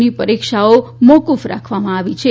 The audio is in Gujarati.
ની પરિક્ષાઓ મોકૂફ રાખવામાં આવી છે